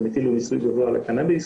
הם הטילו מיסוי גבוה על הקנאביס